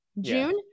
June